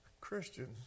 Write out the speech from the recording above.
Christians